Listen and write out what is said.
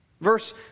Verse